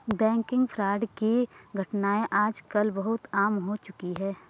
banking fraud की घटनाएं आज कल बहुत आम हो चुकी है